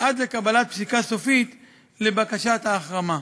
עד לקבלת פסיקה סופית על בקשת ההחרמה.